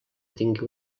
tingui